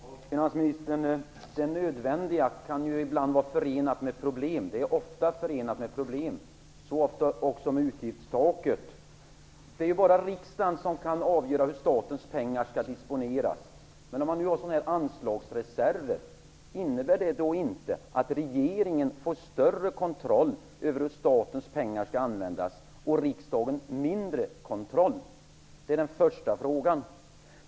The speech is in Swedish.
Herr talman! Finansministern, det nödvändiga är ofta förenat med problem, så också med utgiftstaket. Det är ju bara riksdagen som kan avgöra hur statens pengar skall disponeras. Men innebär inte anslagsreserverna att regeringen får större kontroll över hur statens pengar skall användas och att riksdagen får mindre kontroll? Det är min första fråga.